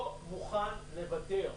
אני לא מוכן לוותר.